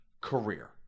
career